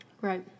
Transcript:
Right